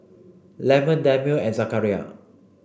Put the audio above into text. Leman Daniel and Zakaria